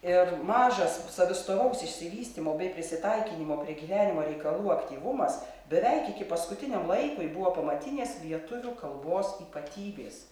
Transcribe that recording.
ir mažas savistovaus išsivystymo bei prisitaikymo prie gyvenimo reikalų aktyvumas beveik iki paskutiniam laikui buvo pamatinės lietuvių kalbos ypatybės